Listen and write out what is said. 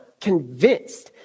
convinced